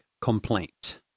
complaint